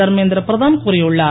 தர்மேந்திர பிரதான் கூறியுள்ளார்